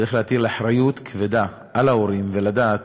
צריך להטיל אחריות כבדה על ההורים, ולדעת